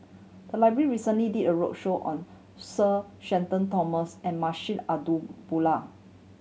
the library recently did a roadshow on Sir Shenton Thomas and Munshi Abdullah